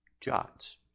jots